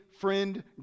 friend